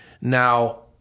Now